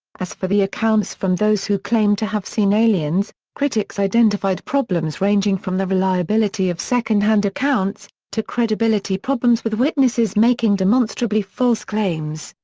as for the accounts from those who claimed to have seen aliens, critics identified problems ranging from the reliability of second-hand accounts, to credibility problems with witnesses making demonstrably false claims,